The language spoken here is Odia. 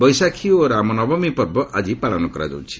ବୈଶାଖୀ ଓ ରାମନବମୀ ପର୍ବ ଆଜି ପାଳନ କରାଯାଉଛି